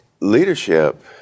Leadership